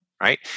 right